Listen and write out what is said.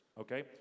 okay